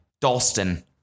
Dalston